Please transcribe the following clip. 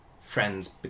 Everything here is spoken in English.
friends